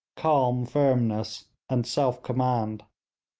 calm firmness, and self-command.